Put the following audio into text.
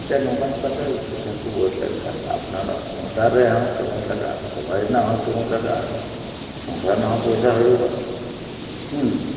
ᱥᱮ ᱱᱚᱝᱠᱟ ᱱᱚᱝᱠᱟᱛᱮ ᱥᱩᱠᱨᱤ ᱠᱚ ᱵᱟᱹᱲ ᱞᱮᱱ ᱠᱷᱟᱱ ᱟᱯᱱᱟᱨᱟᱜ ᱥᱚᱝᱥᱟᱨ ᱨᱮᱭᱟᱜ ᱦᱚᱸ ᱠᱟᱹᱢᱤ ᱞᱟᱜᱟᱜᱼᱟ ᱥᱚᱢᱚᱭ ᱨᱮᱭᱟᱜ ᱦᱚᱸ ᱠᱟᱹᱢᱤ ᱞᱟᱜᱟᱜᱼᱟ ᱥᱚᱝᱥᱟᱨ ᱨᱮᱭᱟᱜ ᱦᱚᱸ ᱯᱚᱭᱥᱟ ᱦᱩᱭᱩᱜᱼᱟ ᱦᱩᱸ